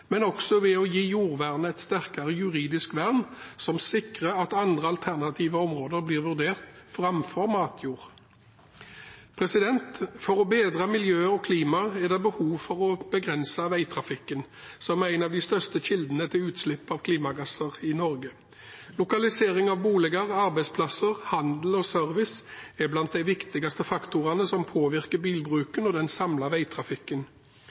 men også ved å gi jordvernet et sterkere juridisk vern som sikrer at andre alternative områder blir vurdert framfor matjord. For å bedre miljøet og klimaet er det behov for å begrense veitrafikken, som er en av de største kildene til utslipp av klimagasser i Norge. Lokalisering av boliger, arbeidsplasser, handel og service er blant de viktigste faktorene som påvirker bilbruken og den samlede veitrafikken.